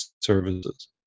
services